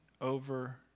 over